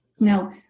Now